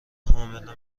حامله